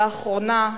לאחרונה,